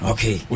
Okay